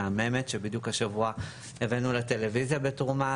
אישה מהממת שבדיוק השבוע הבאנו לה טלוויזיה בתרומה.